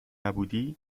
نبودی